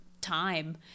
time